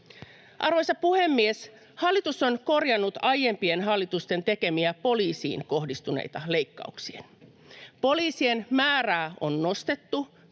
Arvoisa puhemies! Hallitus on korjannut aiempien hallitusten tekemiä poliisiin kohdistuneita leikkauksia. Poliisien määrää on nostettu